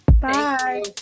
bye